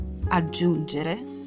aggiungere